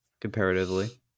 comparatively